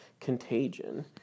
contagion